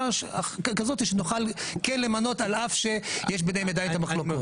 כזאת שנוכל כן למנות על אף שיש ביניהם עדיין את המחלוקות.